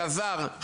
של הזר,